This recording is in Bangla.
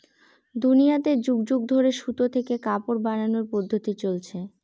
দুনিয়াতে যুগ যুগ ধরে সুতা থেকে কাপড় বানানোর পদ্ধপ্তি চলছে